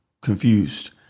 confused